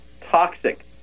toxic